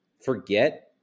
forget